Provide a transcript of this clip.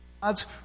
God's